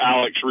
Alex